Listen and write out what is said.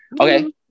okay